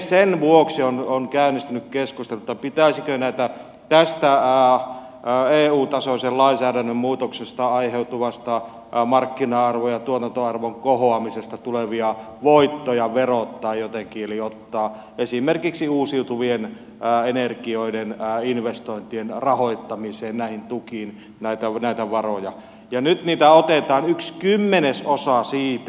sen vuoksi on käynnistynyt keskustelu pitäisikö näitä tästä eu tasoisen lainsäädännön muutoksesta aiheutuvasta markkina arvon ja tuotantoarvon kohoamisesta tulevia voittoja verottaa jotenkin eli ottaa esimerkiksi uusiutuvien energioiden investointien rahoittamiseen näihin tukiin näitä varoja ja nyt niitä otetaan yksi kymmenesosa siitä